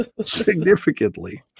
significantly